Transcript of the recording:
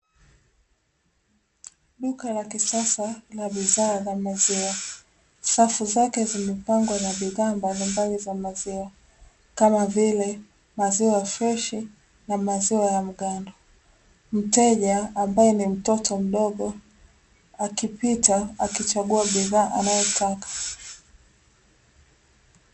Duka la kisasa la bidhaa la bidhaa za maziwa, safu zake zimepangwa na bidhaa mbalimbali za maziwa, kama vile; maziwa ya freshi na maziwa ya mgando, mteja ambaye ni mtoto mdogo akipita akichagua bidhaa anayotaka.